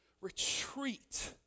retreat